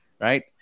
right